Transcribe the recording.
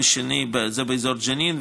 זה באזור ג'נין,